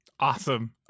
Awesome